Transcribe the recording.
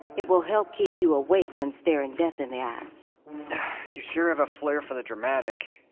it will help keep you awake when staring death in the eyes you sure have a flair for the dramatic